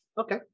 Okay